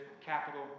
capital